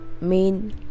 main